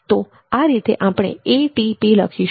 તો આ રીતે આપણે ATP લખીશું